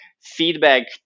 feedback